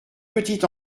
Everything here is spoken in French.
petit